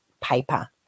paper